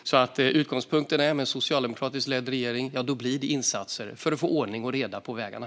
Utgångspunkten är att det med en socialdemokratiskt ledd regering kommer till stånd insatser för att få ordning och reda på vägarna.